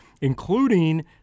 including